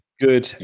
Good